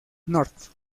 north